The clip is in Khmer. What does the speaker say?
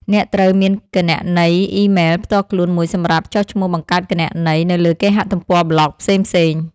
អ្នកត្រូវមានគណនីអ៊ីមែល ផ្ទាល់ខ្លួនមួយសម្រាប់ចុះឈ្មោះបង្កើតគណនីនៅលើគេហទំព័រប្លក់ផ្សេងៗ។